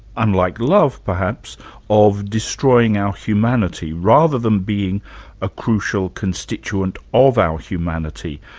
unlike love perhaps of destroying our humanity, rather than being a crucial constituent of our humanity.